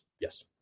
yes